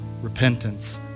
repentance